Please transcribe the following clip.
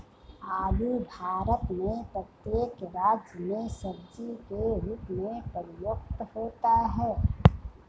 आलू भारत में प्रत्येक राज्य में सब्जी के रूप में प्रयुक्त होता है